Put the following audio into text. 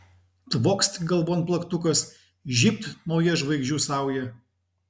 tvokst galvon plaktukas žybt nauja žvaigždžių sauja